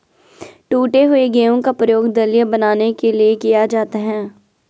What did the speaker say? टूटे हुए गेहूं का प्रयोग दलिया बनाने के लिए किया जाता है